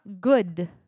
good